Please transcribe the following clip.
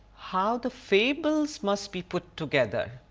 how the fables must be put together.